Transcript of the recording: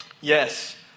yes